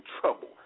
trouble